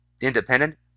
independent